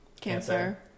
Cancer